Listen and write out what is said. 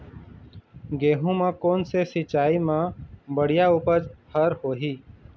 गेहूं म कोन से सिचाई म बड़िया उपज हर होही?